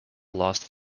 lost